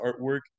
artwork